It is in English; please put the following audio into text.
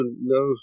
no